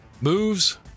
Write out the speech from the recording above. Moves